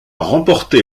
remporté